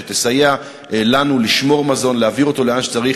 שתסייע לנו לשמור מזון להעביר אותו לאן שצריך